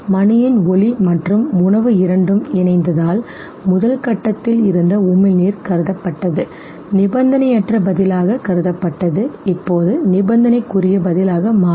மணியின் ஒலி மற்றும் உணவு இரண்டும் இணைந்ததால் முதல் கட்டத்தில் இருந்த உமிழ்நீர் கருதப்பட்டது நிபந்தனையற்ற பதிலாக கருதப்பட்டது இப்போது நிபந்தனைக்குரிய பதிலாக மாறும்